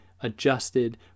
adjusted